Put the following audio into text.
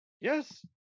Yes